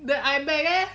the eye bag eh